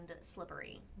slippery